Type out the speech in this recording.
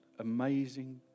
Amazing